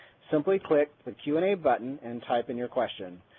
simply click the q and a button and type in your question,